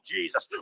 Jesus